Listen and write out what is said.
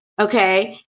okay